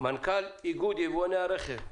מנכ"ל איגוד יבואני הרכב.